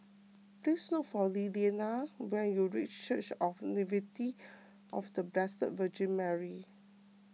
please look for Lilliana when you reach Church of the Nativity of the Blessed Virgin Mary